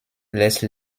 laisse